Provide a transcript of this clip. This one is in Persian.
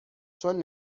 چون